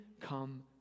come